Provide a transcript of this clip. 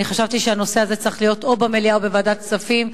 אני חשבתי שהנושא הזה צריך להיות או במליאה או בוועדת כספים.